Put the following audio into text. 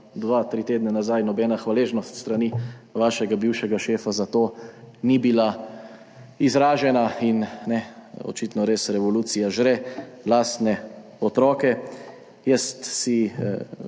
dva, tri tedne nazaj nobene hvaležnosti s strani vašega bivšega šefa za to ni bilo izražene. Očitno res revolucija žre lastne otroke. Jaz si